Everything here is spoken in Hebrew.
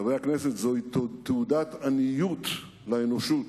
חברי הכנסת, זוהי תעודת עניות לאנושות,